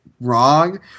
wrong